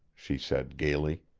she said gaily.